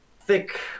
thick